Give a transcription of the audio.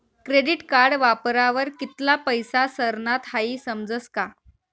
credit card वापरावर कित्ला पैसा सरनात हाई समजस का